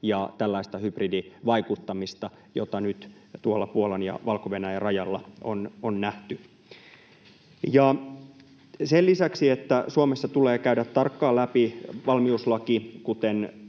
ja tällaista hybridivaikuttamista, jota nyt tuolla Puolan ja Valko-Venäjän rajalla on nähty. Sen lisäksi, että Suomessa tulee käydä tarkkaan läpi valmiuslaki, kuten